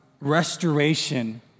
restoration